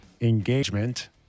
engagement